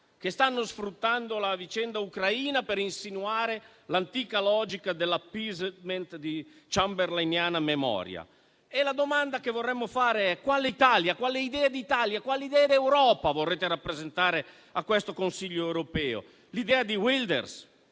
che stanno sfruttando la vicenda dell'Ucraina per insinuare l'antica logica dell'*appeasement* di chamberlainiana memoria. La domanda che vorremmo fare è la seguente: quale idea d'Italia, quale idea d'Europa vorrete rappresentare a questo Consiglio europeo? L'idea di Wilders,